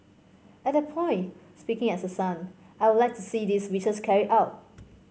at that point speaking as a son I would like to see these wishes carried out